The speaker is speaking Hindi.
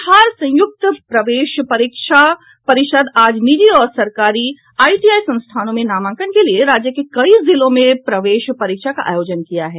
बिहार संयुक्त प्रवेश प्रतियोगिता परीक्षा परिषद आज निजी और सरकारी आईटीआई संस्थानों में नामांकन के लिये राज्य के कई जिलों में प्रवेश परीक्षा का आयोजन किया है